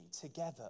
together